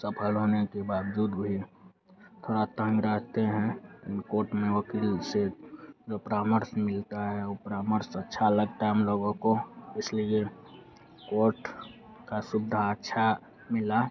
सफल रहने के बावजूद भी थोड़ा टाइम रहते हैं इन कोट में वक़ील से जो प्रामर्स मिलता है वह प्रामर्स अच्छा लगता है हम लोगों को इसलिए कोट की सुविधा अच्छी मिली